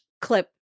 clip